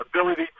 ability